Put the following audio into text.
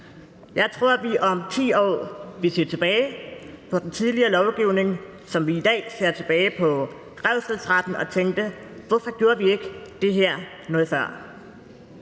Jeg tror, at vi om 10 år vil se tilbage på den tidligere lovgivning, som vi i dag ser tilbage på revselsesretten og tænker: Hvorfor gjorde vi ikke det her noget før?